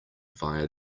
via